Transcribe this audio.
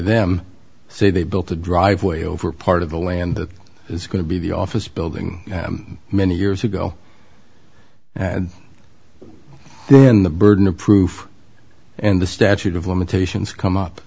them say they built a driveway over part of the land that is going to be the office building many years ago and then the burden of proof and the statute of limitations come up